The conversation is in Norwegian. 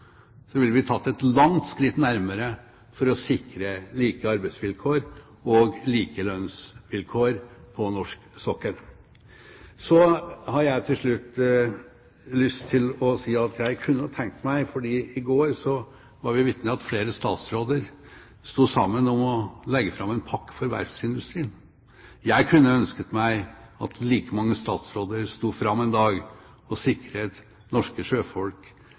ville vi tatt et langt skritt nærmere det å sikre like arbeidsvilkår og like lønnsvilkår på norsk sokkel. Så har jeg til slutt lyst til å si, fordi vi i går var vitne til at flere statsråder sto sammen om å legge fram en pakke for verftsindustrien, at jeg kunne ønsket meg at like mange statsråder sto fram en dag og sikret norske sjøfolk